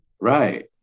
Right